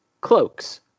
cloaks